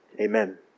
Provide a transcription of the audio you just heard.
Amen